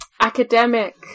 academic